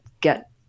get